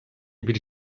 bir